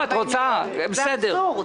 זה אבסורד.